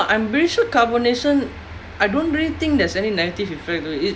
no lah I'm very sure carbonation I don't really think there's any negative effect though it